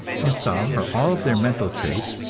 in some or all of their mental traits,